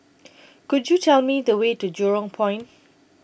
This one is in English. Could YOU Tell Me The Way to Jurong Point